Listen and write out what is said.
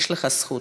יש לך זכות.